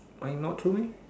why not true meh